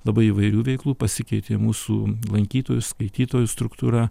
labai įvairių veiklų pasikeitė mūsų lankytojų skaitytojų struktūra